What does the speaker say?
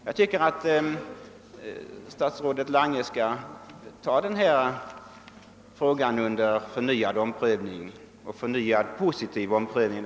Jag tycker att statsrådet Lange skall ta upp denna fråga till förnyad positiv prövning.